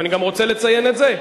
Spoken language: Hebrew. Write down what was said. אני גם רוצה לציין את זה,